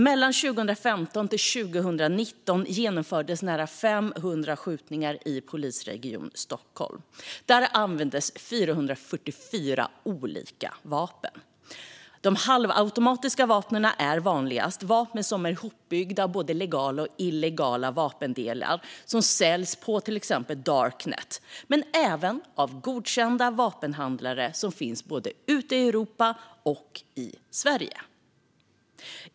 Mellan 2015 och 2019 genomfördes nära 500 skjutningar i polisregion Stockholm. Där användes 444 olika vapen. Halvautomatiska vapen är vanligast. Det är vapen som är hopbyggda av både legala och illegala vapendelar och som säljs på till exempel darknet men även av godkända vapenhandlare som finns både ute i Europa och i Sverige.